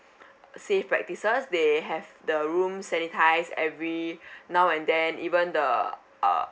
safe practices they have the room sanitised every now and then even the uh